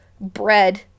bread